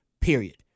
period